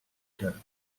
cœur